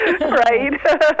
Right